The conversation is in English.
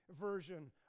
version